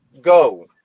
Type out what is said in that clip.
go